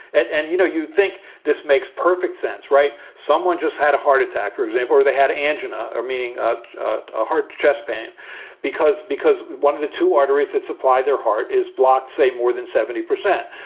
and, you know, you think this makes perfect sense, right? someone just had a heart attack, for example, or they had angina or meaning ah a heart chest pain because because one of the two arteries that supply their heart is blocked, say more than seventy percent.